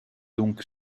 donc